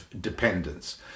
dependence